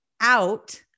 out